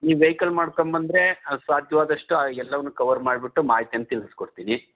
ನೀವು ವೆಹಿಕಲ್ ಮಾಡ್ಕೊಂಬಂದ್ರೆ ಸಾಧ್ಯವಾದಷ್ಟು ಎಲ್ಲವನ್ನು ಕವರ್ ಮಾಡಿಬಿಟ್ಟು ಮಾಹಿತಿಯನ್ನು ತಿಳಿಸ್ಕೊಡ್ತೀನಿ